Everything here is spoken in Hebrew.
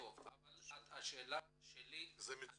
השאלה שלי --- זה מצוין.